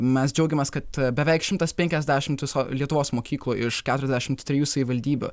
mes džiaugiamės kad beveik šimtas penkiasdešimt viso lietuvos mokyklų iš keturiasdešimt trijų savivaldybių